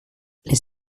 les